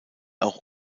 auch